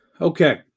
Okay